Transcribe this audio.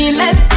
let